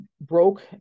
broke